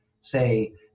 say